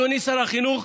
אדוני שר החינוך,